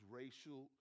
racial